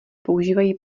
používají